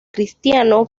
cristiano